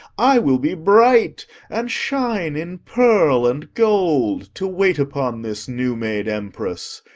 i will be bright and shine in pearl and gold, to wait upon this new-made emperess.